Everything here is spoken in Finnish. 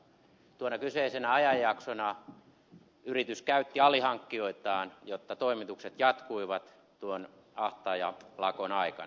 tuona kyseisenä ajanjaksona yritys käytti alihankkijoitaan jotta toimitukset jatkuivat ahtaajalakon aikana